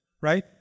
right